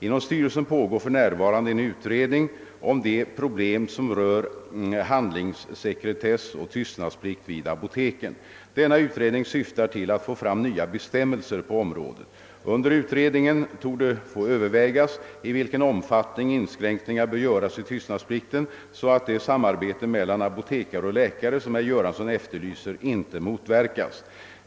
Inom styrelsen pågår för närvarande en utredning om de problem som rör handlingssekretess och tystnadsplikt vid apoteken. Denna utredning syftar till att få fram nya bestämmelser på området. Under utredningen torde få övervägas i vilken omfattning inskränkningar bör göras i tystnadsplikten så att det samarbete mellan apotekare och läkare som herr Göransson efterlyser inte motverkas.